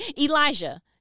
Elijah